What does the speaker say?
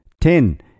Ten